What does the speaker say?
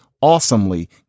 awesomely